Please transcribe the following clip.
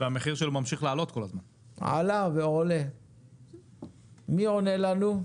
מי עונה לנו?